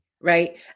right